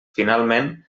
finalment